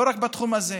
לא רק בתחום הזה,